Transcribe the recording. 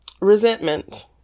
Resentment